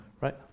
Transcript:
right